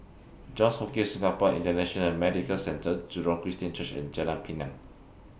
Johns Hopkins Singapore International Medical Centre Jurong Christian Church and Jalan Pinang